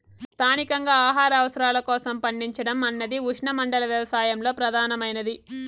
స్థానికంగా ఆహార అవసరాల కోసం పండించడం అన్నది ఉష్ణమండల వ్యవసాయంలో ప్రధానమైనది